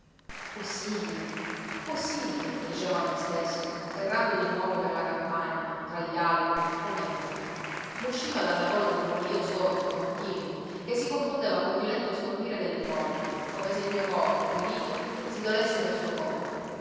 possibile possibile dicevo a me stesso errando di nuovo per la campagna tra gli alberi com'ebbro m'usciva dalla gola un mugolío sordo continuo che si confondeva col violento stormire delle foglie come se il mio corpo ferito si dolesse per suo conto